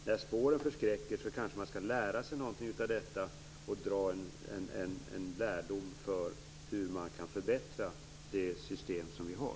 När spåren förskräcker så kanske man skall lära sig något av detta och dra en lärdom när det gäller hur man kan förbättra det system som vi har.